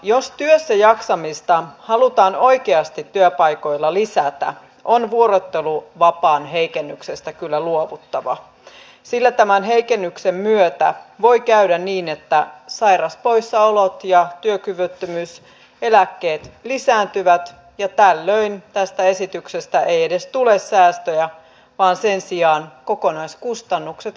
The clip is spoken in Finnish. jos työssäjaksamista halutaan oikeasti työpaikoilla lisätä on vuorotteluvapaan heikennyksestä kyllä luovuttava sillä tämän heikennyksen myötä voi käydä niin että sairauspoissaolot ja työkyvyttömyyseläkkeet lisääntyvät ja tällöin tästä esityksestä ei edes tule säästöjä vaan sen sijaan kokonaiskustannukset kasvavat